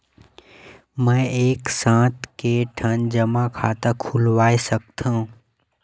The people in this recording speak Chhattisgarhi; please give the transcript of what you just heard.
मैं एक साथ के ठन जमा खाता खुलवाय सकथव?